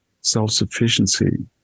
self-sufficiency